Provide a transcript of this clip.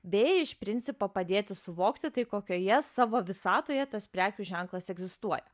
bei iš principo padėti suvokti tai kokioje savo visatoje tas prekių ženklas egzistuoja